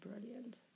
brilliant